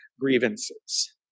grievances